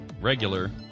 regular